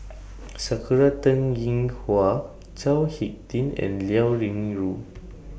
Sakura Teng Ying Hua Chao Hick Tin and Liao Yingru